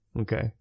Okay